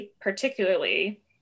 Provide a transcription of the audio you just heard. particularly